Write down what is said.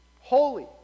holy